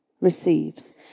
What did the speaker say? receives